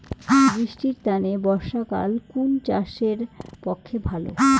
বৃষ্টির তানে বর্ষাকাল কুন চাষের পক্ষে ভালো?